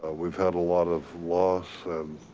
ah we've had a lot of loss